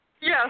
yes